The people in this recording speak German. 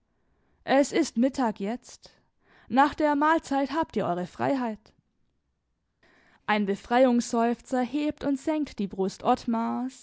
es ist mittag jetzt nach der mahlzeit habt ihr eure freiheit ein befreiungsseufzer hebt und senkt die brust ottmars